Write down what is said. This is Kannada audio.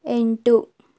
ಎಂಟು